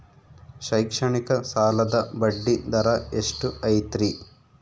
ಶೈಕ್ಷಣಿಕ ಸಾಲದ ಬಡ್ಡಿ ದರ ಎಷ್ಟು ಐತ್ರಿ?